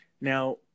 now